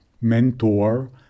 mentor